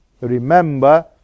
remember